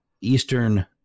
Eastern